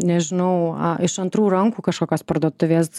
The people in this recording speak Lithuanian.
nežinau iš antrų rankų kažkokios parduotuvės